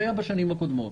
כך היה בשנים הקודמות.